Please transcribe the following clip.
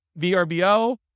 VRBO